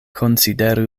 konsideru